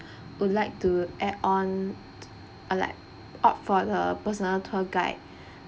would like to add on uh like opt for the personal tour guide